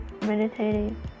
meditating